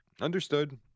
Understood